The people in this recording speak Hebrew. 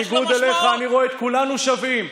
בניגוד אליך, אני רואה את כולנו שווים.